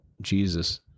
Jesus